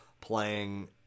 playing